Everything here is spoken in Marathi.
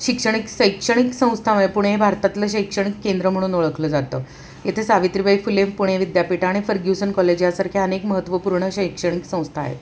शिक्षणिक सैक्षणिक संस्था म्हए पुणे भारतातलं शैक्षणिक केंद्र म्हणून ओळखलं जातं इथे सावित्रीबाई फुले पुणे विद्यापीठ आणि फर्ग्युसन कॉलेज यासारख्या अनेक महत्त्वपूर्ण शैक्षणिक संस्था आहेत